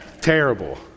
Terrible